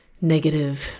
negative